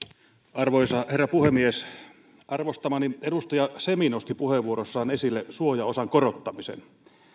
arvoisa herra puhemies arvostamani edustaja semi nosti puheenvuorossaan esille suojaosan korottamisen